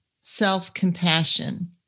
self-compassion